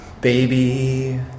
Baby